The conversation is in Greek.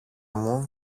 μου